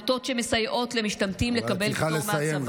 אבל את צריכה לסיים.